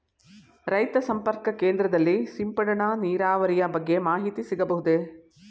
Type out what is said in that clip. ರೈತ ಸಂಪರ್ಕ ಕೇಂದ್ರದಲ್ಲಿ ಸಿಂಪಡಣಾ ನೀರಾವರಿಯ ಬಗ್ಗೆ ಮಾಹಿತಿ ಸಿಗಬಹುದೇ?